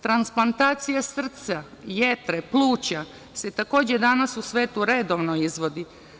Transplantacija srca, jetre, pluća se takođe danas u svetu redovno izvodi.